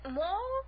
more